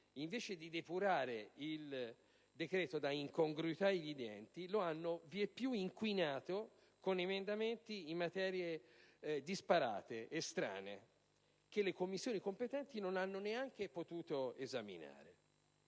invece di depurare il decreto da incongruità evidenti, lo hanno vieppiù inquinato con emendamenti in materie disparate ed estranee che le Commissioni competenti non hanno neanche potuto esaminare.